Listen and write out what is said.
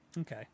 Okay